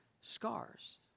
scars